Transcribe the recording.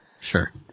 Sure